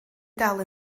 dal